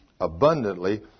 abundantly